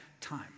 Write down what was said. time